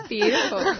Beautiful